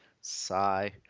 Sigh